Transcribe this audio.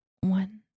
one